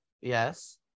Yes